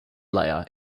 layer